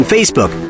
Facebook